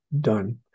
done